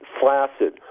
flaccid